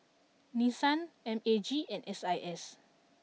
Nissan M A G and S I S